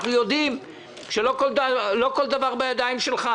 אנחנו יודעים שלא כל דבר נמצא בידיים שלך.